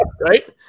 right